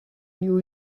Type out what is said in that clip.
new